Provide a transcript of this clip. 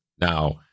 Now